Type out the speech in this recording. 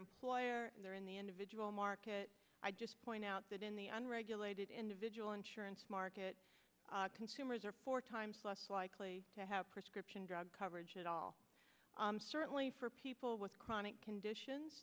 employer and they're in the individual market i just point out that in the unregulated individual insurance market consumers are four times less likely to have prescription drug coverage at all certainly for people with chronic conditions